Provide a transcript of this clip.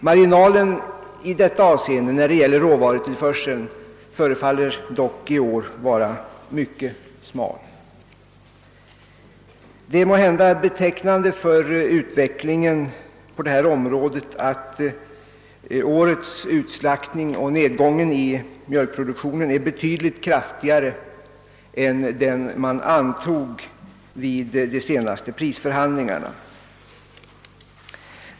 Marginalen när det gäller råvarutillförseln förefaller dock i år vara mycket smal. Det är måhända betecknande för utvecklingen på detta område att årets utslaktning och nedgången av mjölkproduktionen är betydligt kraftigare än den man förutsatte vid de senaste prisförhandlingarna.